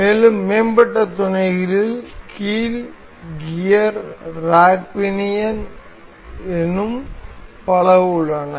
மேலும் மேம்பட்ட துணைகள் கீல் கியர் ரேக் பினியன் இன்னும் பல உள்ளன